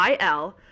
il